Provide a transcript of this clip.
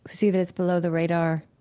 see that it's below the radar,